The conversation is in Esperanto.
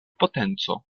potenco